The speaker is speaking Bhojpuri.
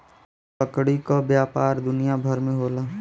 लकड़ी क व्यापार दुनिया भर में होला